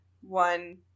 One